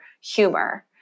humor